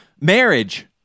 marriage